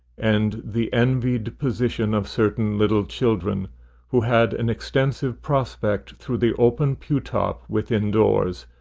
and the envied position of certain little children who had an extensive prospect through the open pew-top within doors,